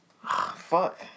Fuck